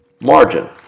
margin